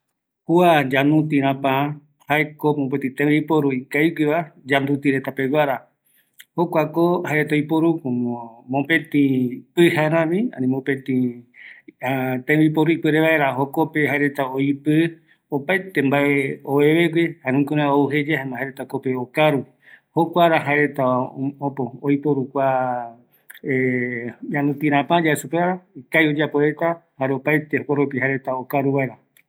﻿Kua yanduti räpä, jaeko mopetï tembiporu ikavigueva yanduti reta peguara, jokuako jaereta oiporu, komo mopeti pɨja rami, ani mopeti tembiporu ipere vaera jokope jaereta oipi, opaete mbae ovevegue, jare jukurai oa o jeyae, jaema jaereta jokope okaru, jokuara jaereta Äpo oiporu ñanutirapa yaesupeva ikavi oyapo reta, jare opaete jokoropi jaereta okaru vaera